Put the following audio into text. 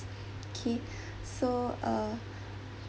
K so uh